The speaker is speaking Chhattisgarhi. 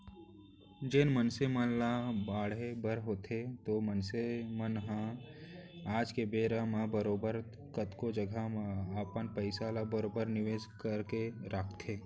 जेन मनसे मन ल बाढ़े बर होथे ओ मनसे मन ह आज के बेरा म बरोबर कतको जघा म अपन पइसा ल बरोबर निवेस करके राखथें